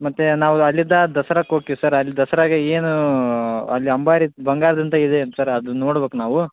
ಮತ್ತೇ ನಾವು ಅಲ್ಲಿದ್ದು ದಸರಾಕೋಕಿವಿ ಸರ್ ಅಲ್ಲಿ ದಸರಾಗೆ ಏನು ಅಲ್ಲಿ ಅಂಬಾರಿ ಬಂಗಾರದಂತೆ ಇದೆ ಏನು ಸರ್ ಅದನ್ನು ನೋಡ್ಬೇಕು ನಾವು